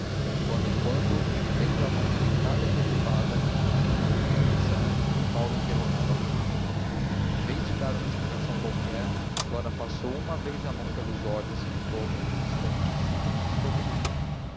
de quando em quando vendo a mãe agitada e preocupada mas com outra expressão paulo interrogava a filha em vez de dar uma explicação qualquer flora passou uma vez a mão pelos olhos e ficou alguns instantes sem os descobrir